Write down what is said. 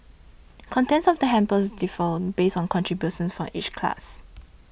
contents of the hampers differed based on contributions from each class